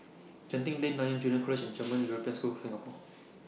Genting Lane Nanyang Junior College and German European School Singapore